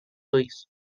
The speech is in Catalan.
ulls